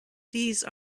these